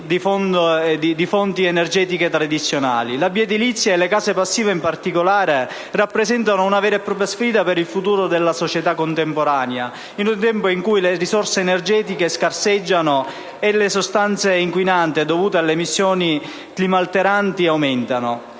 da fonti energetiche tradizionali. La bioedilizia e le «case passive» in particolare rappresentano una vera e propria sfida per il futuro della società contemporanea, in un tempo in cui le risorse energetiche scarseggiano e le sostanze inquinanti, dovute alle emissioni climalteranti, aumentano.